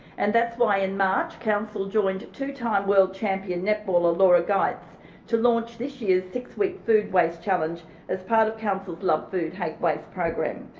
and that's why in march council joined two-time world champion netballer laura geitz to launch this year's six-week food waste challenge as part of council's love food hate waste program.